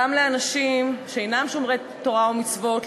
גם לאנשים שאינם שומרי תורה ומצוות,